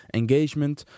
engagement